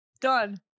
Done